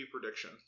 prediction